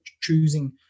choosing